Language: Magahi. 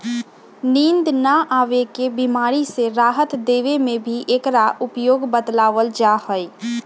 नींद न आवे के बीमारी से राहत देवे में भी एकरा उपयोग बतलावल जाहई